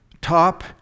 top